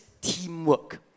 teamwork